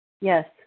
Yes